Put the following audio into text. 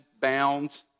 bound